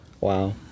Wow